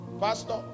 pastor